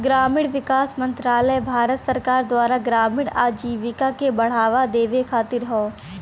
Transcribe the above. ग्रामीण विकास मंत्रालय भारत सरकार के द्वारा ग्रामीण आजीविका के बढ़ावा देवे खातिर हौ